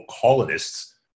colonists